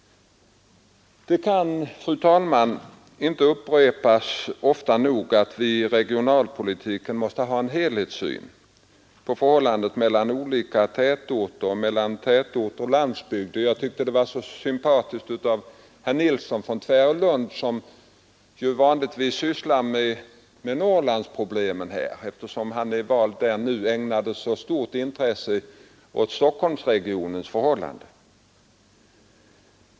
Det kan, fru talman, inte upprepas ofta nog att vi i regionalpolitiken måste ha en helhetssyn på förhållandet mellan olika tätorter och mellan tätort och landsbygd. Jag tyckte det var sympatiskt att herr Nilsson i Tvärålund, som vanligtvis eftersom han är vald i Norrland sysslar med Norrlandsproblemen, nu ägnade så stort intresse åt Stockholmsregionens förhållanden.